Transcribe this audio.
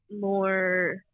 more